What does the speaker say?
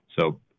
So-